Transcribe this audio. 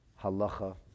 halacha